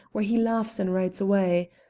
where he laughs and rides away.